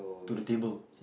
to the table